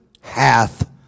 hath